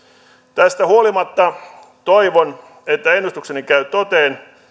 tästä huolimatta toivon että ennustukseni käy toteen